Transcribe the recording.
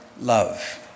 love